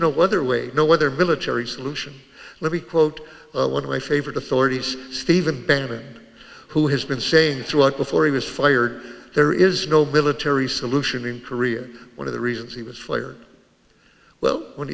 weather way no weather military solution let me quote one of my favorite authorities steven bannan who has been saying throughout before he was fired there is no military solution in korea one of the reasons he was fired well when